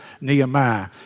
Nehemiah